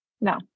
No